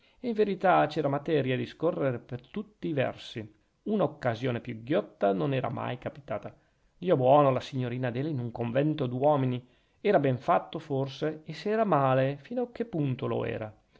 in verità c'era materia a discorrere per tutti i versi una occasione più ghiotta non era capitata mai dio buono la signorina adele in un convento d'uomini era ben fatto forse e se era male fino a che punto lo era